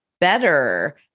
better